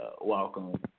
welcome